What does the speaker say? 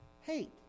hate